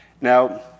Now